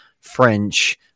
french